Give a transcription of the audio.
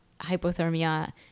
hypothermia